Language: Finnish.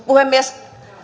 puhemies